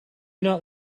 not